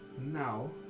Now